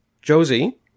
Josie